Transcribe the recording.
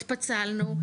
התפצלנו.